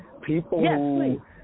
People